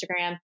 Instagram